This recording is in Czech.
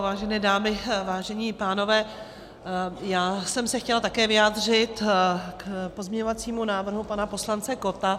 Vážené dámy, vážení pánové, já jsem se chtěla také vyjádřit k pozměňovacímu návrhu pana poslance Kotta.